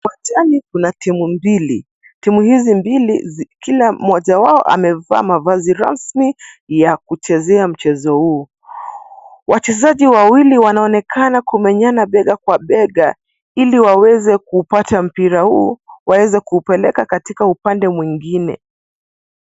Uwanjani kuna timu mbili. Timu hizi mbili kila mmoja wao amevaa mavazi rasmi ya kuchezea mchezo huu. Wachezaji wawili wanaonekana kumenyana bega kwa bega ili waweze kupata mpira huu waweze kupeleka katika upande mwingine.